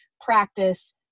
practice